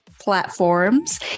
platforms